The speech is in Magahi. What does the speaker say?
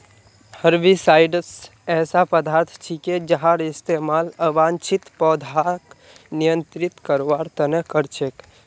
हर्बिसाइड्स ऐसा पदार्थ छिके जहार इस्तमाल अवांछित पौधाक नियंत्रित करवार त न कर छेक